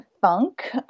funk